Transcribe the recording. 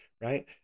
right